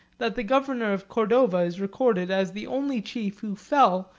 that the governor of cordova is recorded as the only chief who fell,